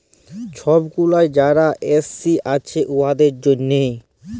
ছব গুলা যারা এস.সি আছে উয়াদের জ্যনহে